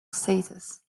status